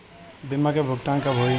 बीमा का भुगतान कब होइ?